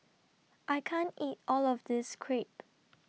I can't eat All of This Crepe